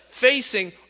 facing